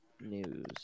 news